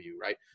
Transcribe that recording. right